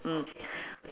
mm